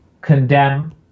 condemn